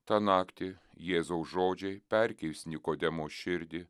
tą naktį jėzaus žodžiai perkeis nikodemo širdį